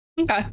Okay